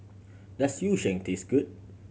does Yu Sheng taste good